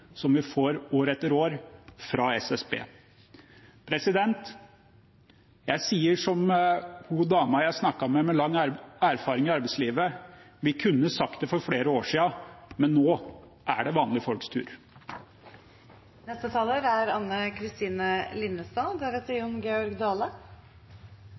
som vi år etter år får fra SSB. Jeg sier som den damen jeg snakket med, med lang erfaring fra arbeidslivet: Vi kunne sagt det for flere år siden. Men nå er det vanlige folks